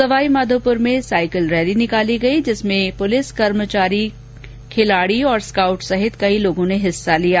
सवाईमाघोपुर में cycle rally निकाली गई जिसमें पुलिस कर्मचारी खिलाड़ी और स्काउट सहित कई लोगों ने हिस्सा लिया